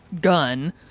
gun